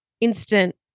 instant